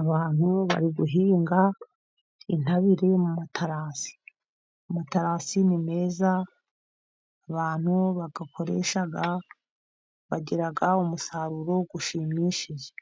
Abantu bari guhinga intabire mu materasi. Amaterasi ni meza, abantu bayakoresha, bagira umusaruro ushimishije.